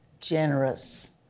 generous